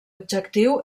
objectiu